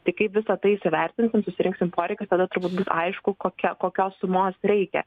tai kaip visą tai įsiverinsim susirinksim poreikius tada turbūt aišku kokia kokios sumos reikia